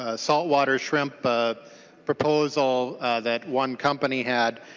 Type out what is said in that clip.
ah saltwater shrimp proposal that one company had.